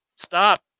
Stop